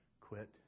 quit